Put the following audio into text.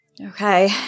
Okay